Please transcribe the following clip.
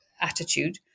attitude